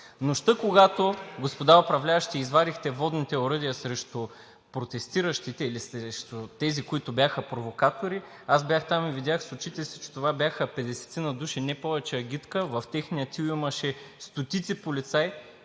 нощта, когато господа управляващите извадиха водните оръдия срещу протестиращите или срещу тези, които бяха провокатори, бях там и видях с очите си, че това бяха не повече от 50 души агитка, а в техния тил имаше стотици полицаи,